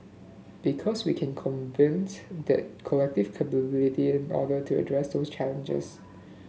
because we can convenes that collective capability in order to address those challenges